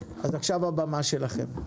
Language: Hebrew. אז עכשיו הבמה שלכם.